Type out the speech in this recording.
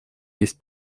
есть